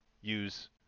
use